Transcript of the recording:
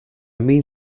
mean